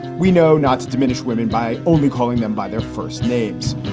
we know not to diminish women by only calling them by their first names.